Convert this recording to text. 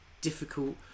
difficult